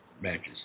matches